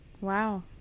Wow